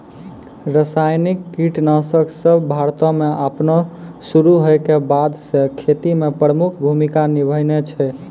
रसायनिक कीटनाशक सभ भारतो मे अपनो शुरू होय के बादे से खेती मे प्रमुख भूमिका निभैने छै